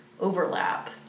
overlap